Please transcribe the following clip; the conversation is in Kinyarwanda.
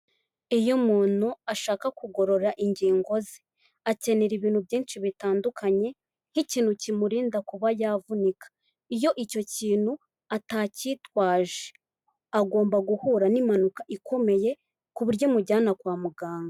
Iyo umuntu ashaka kugorora ingingo ze, akenera ibintu byinshi bitandukanye nk'ikintu kimurinda kuba yavunika, iyo icyo kintu atakitwaje agomba guhura n'impanuka ikomeye ku buryo imujyana kwa muganga.